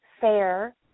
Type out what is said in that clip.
fair